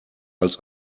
als